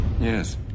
yes